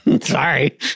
Sorry